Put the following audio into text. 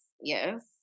yes